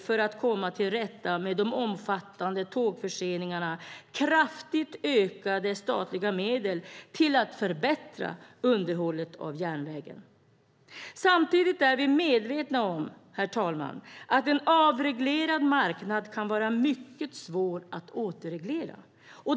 För att komma till rätta med de omfattande tågförseningarna krävs det självklart kraftigt ökade statliga medel till att förbättra underhållet av järnvägen. Samtidigt är vi medvetna om att en avreglerad marknad kan vara mycket svår att återreglera.